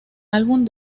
álbum